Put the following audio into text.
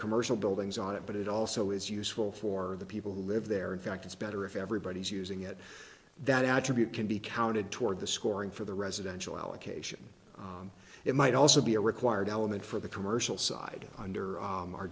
commercial buildings on it but it also is useful for the people who live there in fact it's better if everybody's using it that attribute can be counted toward the scoring for the residential allocation it might also be a required element for the commercial side under